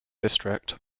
district